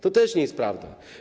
To też nie jest prawda.